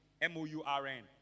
M-O-U-R-N